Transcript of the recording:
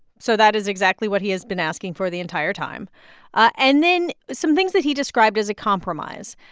so that is exactly what he has been asking for the entire time and then some things that he described as a compromise,